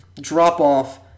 drop-off